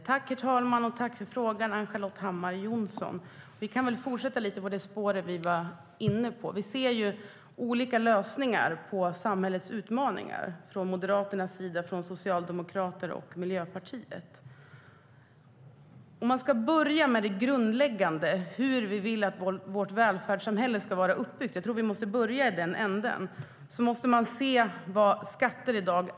Herr talman! Jag tackar Ann-Charlotte Hammar Johnsson för frågan. Låt oss fortsätta på det spår vi var inne på. Moderaterna respektive Socialdemokraterna och Miljöpartiet ser olika lösningar på samhällets utmaningar. Jag tror att vi måste börja med det grundläggande: Hur vill vi att vårt välfärdssamhälle ska vara uppbyggt? Hur används våra skatter?